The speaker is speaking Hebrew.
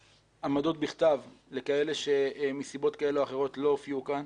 עמדות בכתב לכאלה שמסיבות כאלה או אחרות לא הופיעו כאן,